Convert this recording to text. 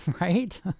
right